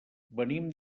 venim